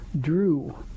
Drew